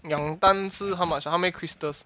两单是 how much how many crystals